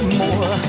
more